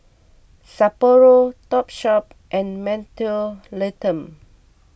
Sapporo Topshop and Mentholatum